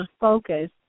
focus